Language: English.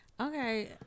Okay